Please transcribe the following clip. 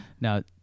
now